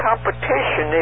Competition